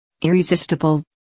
Irresistible